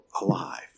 alive